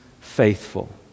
faithful